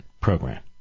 program